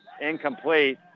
Incomplete